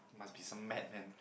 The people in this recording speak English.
must be some mad man